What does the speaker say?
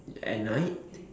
at night